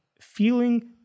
feeling